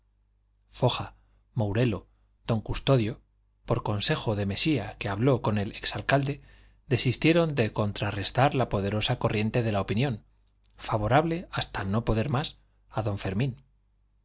mourelo don custodio por consejo de mesía que habló con el ex alcalde desistieron de contrarrestar la poderosa corriente de la opinión favorable hasta no poder más a don fermín